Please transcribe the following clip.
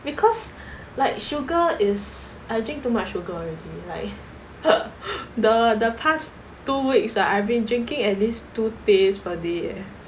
because like sugar is I drink too much sugar already like the the past two weeks right I've been drinking at least two tehs per day